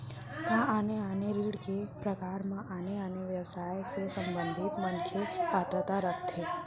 का आने आने ऋण के प्रकार म आने आने व्यवसाय से संबंधित मनखे पात्रता रखथे?